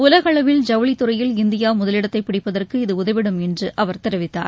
உலகளவில் ஐவுளித் துறையில் இந்தியா முதலிடத்தை பிடிப்பதற்கு இது உதவிடும் என்று அவர் தெரிவித்தார்